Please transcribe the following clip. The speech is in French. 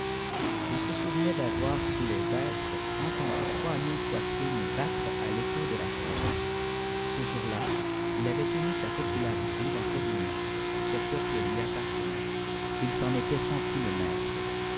il se souvenait d'avoir sous les hêtres entendu trois mille poitrines battre à l'écho de la sienne ce jour-là il avait tenu sa popularité dans ses deux mains ce peuple lui appartenait il s'en était senti le maître